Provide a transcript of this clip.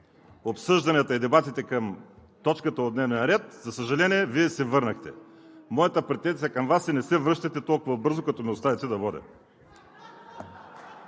обсъжданията и дебатите към точката от дневния ред, за съжаление, Вие се върнахте. Моята претенция към Вас е – не се връщайте толкова бързо, като ме оставите да водя.